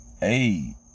Hey